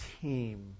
team